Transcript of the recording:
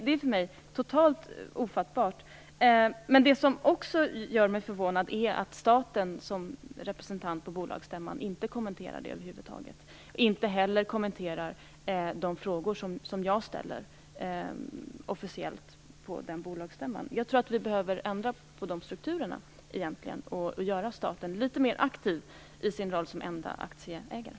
Det är för mig totalt ofattbart. Å andra sidan gör det mig också förvånad att staten som representant på bolagsstämman inte kommenterade detta över huvud taget. Inte heller kommenterades officiellt de frågor som jag ställde på bolagsstämman. Jag tror egentligen att vi behöver ändra strukturerna och göra staten litet mer aktiv i sin roll som enda aktieägare.